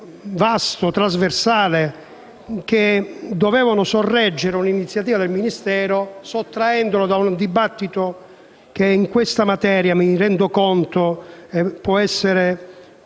vasto, trasversale, che dovevano sorreggere un'iniziativa del Ministero sottraendolo da un dibattito che in questa materia può essere